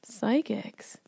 Psychics